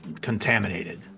contaminated